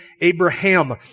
Abraham